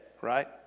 right